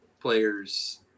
player's